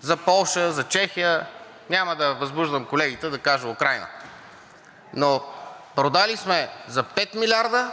за Полша, за Чехия. Няма да възбуждам колегите да кажа Украйна. Но продали сме за 5 милиарда